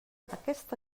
aquesta